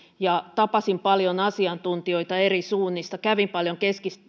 ja tapasin paljon asiantuntijoita eri suunnista kävin paljon